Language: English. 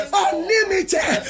unlimited